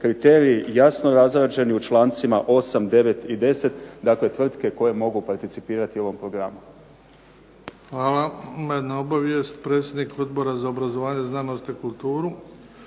kriteriji jasno razrađeni u člancima 8., 9. i 10 dakle tvrtke koje mogu participirati u ovom programu. **Bebić, Luka (HDZ)** Hvala. Ima jedna obavijest, predsjednik Odbora za obrazovanje, znanosti i kulturu,